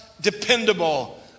dependable